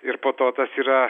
ir po to tas yra